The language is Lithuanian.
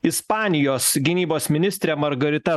ispanijos gynybos ministrė margarita